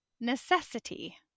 necessity